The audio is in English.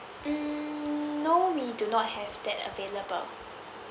mm no we do not have that available